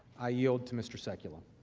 i yield to mr. cipollone.